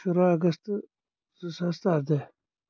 شُرہ اگستہٕ زٕ ساس تہٕ اردہ